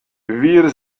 wir